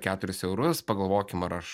keturis eurus pagalvokim ar aš